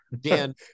Dan